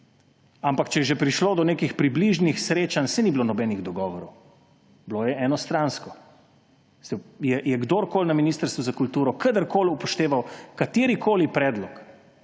Ampak, če je že prišlo do nekih približnih srečanj, saj ni bilo nobenih dogovorov, bilo je enostransko. Je kdorkoli na Ministrstvu za kulturo kadarkoli upošteval katerikoli predlog?